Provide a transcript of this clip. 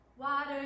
Water